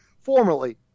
formerly